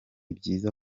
byiza